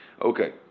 Okay